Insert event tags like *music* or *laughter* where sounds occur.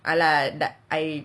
*noise* I